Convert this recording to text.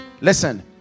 listen